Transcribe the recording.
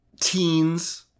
teens